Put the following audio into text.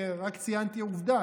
ורק ציינתי עובדה,